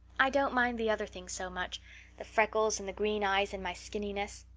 i don't mind the other things so much the freckles and the green eyes and my skinniness.